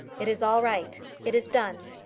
it is all right. it is done.